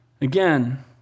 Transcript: Again